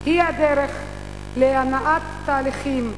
היא הדרך להנעת תהליכים פוליטיים,